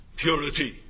purity